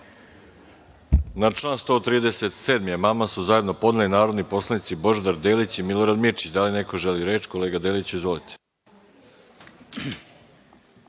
Na član 137. amandman su zajedno podneli narodni poslanici Božidar Delić i Milorad Mirčić. Da li neko želi reč? Kolega Deliću, izvolite.